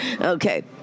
okay